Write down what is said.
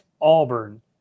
Auburn